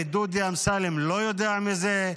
ודודי אמסלם לא יודע מזה,